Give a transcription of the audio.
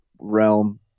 realm